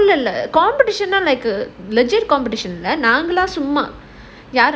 school இல்ல:illa competition நேத்து:nethu like a legit competition இல்ல நாங்களா சும்மா:illa naangala summa